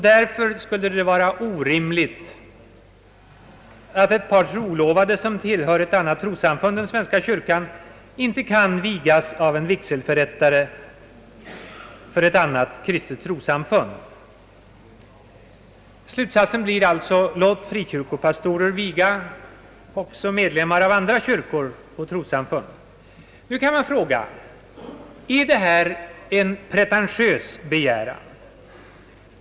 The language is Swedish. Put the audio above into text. Därför skulle det nu vara orimligt, att ett par trolovade, som tillhör ett annat trossamfund än svenska kyrkan, inte kan vigas av en vigselförrättare för ett annat kristet trossamfund. Slutsatsen blir alltså: Låt frikyrkopastorer viga också medlemmar av andra kyrkor och trossamfund. Nu kan man fråga: Är detta en pretentiös begäran?